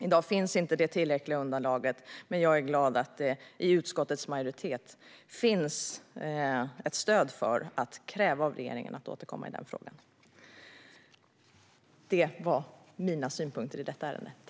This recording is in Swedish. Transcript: I dag finns inte det tillräckliga underlaget, men jag är glad att det i utskottets majoritet finns ett stöd för att kräva av regeringen att den ska återkomma i frågan. Detta var mina synpunkter i ärendet.